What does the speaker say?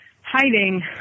hiding